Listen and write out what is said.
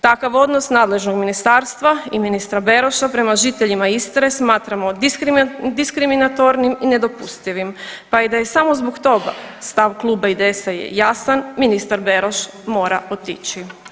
Takav odnos nadležnog Ministarstva i ministra Beroša prema žiteljima Istre smatramo diskriminatornim i nedopustivim, pa da je i samo zbog toga stav Kluba IDS-a je jesan, ministar Beroš mora otići.